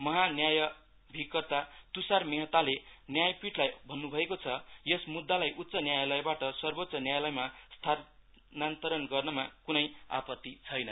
महा न्यायमाथिकर्ता तुसार मेहताले न्यायापिठलाई भन्नुभएको छयस मुद्धालाई उच्च न्यायालयबाट सर्वोच्च न्यायालयमा स्थानान्तरण गर्नमा कुनै आपत्ति छैन्